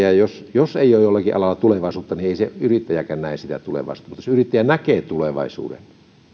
jos ei ole jollakin alalla tulevaisuutta niin ei se yrittäjäkään näe sitä tulevaisuutta mutta jos yrittäjä näkee tulevaisuuden niin